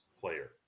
player